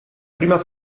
prima